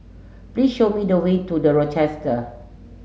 please show me the way to the Rochester